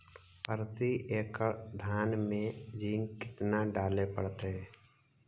प्रती एकड़ धान मे जिंक कतना डाले पड़ताई?